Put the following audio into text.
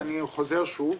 ואני חוזר שוב,